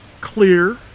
clear